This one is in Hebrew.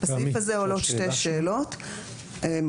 בסעיף הזה עולות שתי שאלות מהותית,